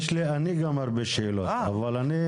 לגבי